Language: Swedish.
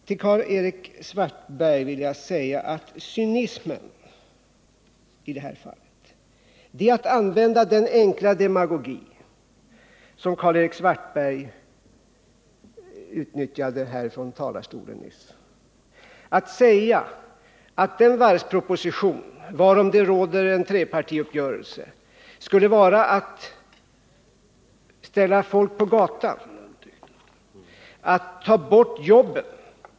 Till Karl-Erik Svartberg vill jag säga att cynismen i det här fallet är att använda den enkla demagogi som han nyss utnyttjade här i talarstolen: att säga att den varvsproposition, varom det råder en trepartiuppgörelse, skulle vara att ställa folk på gatan, att ta bort jobben.